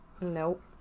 Nope